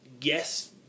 yes